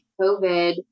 COVID